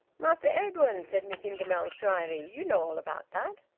master edwin, said miss ingamells drily. you know all about that,